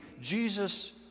Jesus